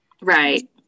right